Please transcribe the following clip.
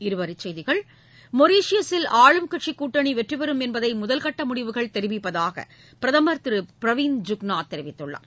இருவரி செய்திகள் மொரீஷியசில் ஆளுங்கூட்டணி வெற்றிபெறும் என்பதை முதல்கட்ட முடிவுகள் தெரிவிப்பதாக பிரதமா் திரு பிரவிந்த் ஜுக்நாத் கூறியுள்ளார்